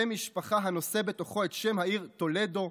שם משפחה הנושא בתוכו את שם העיר טולדו,